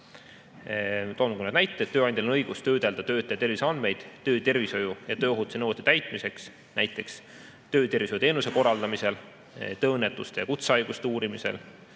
Toon mõne näite. Tööandjal on õigus töödelda töötaja terviseandmeid töötervishoiu ja tööohutuse nõuete täitmiseks, näiteks töötervishoiuteenuse korraldamisel, tööõnnetuste ja kutsehaiguste uurimisel,